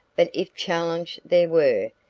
but if challenge there were,